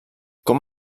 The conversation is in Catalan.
com